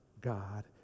God